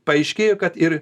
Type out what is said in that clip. paaiškėjo kad ir